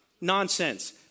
Nonsense